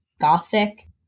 Gothic